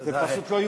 זה פשוט לא ייאמן.